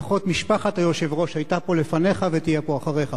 לפחות משפחת היושב-ראש היתה פה לפניך ותהיה פה אחריך,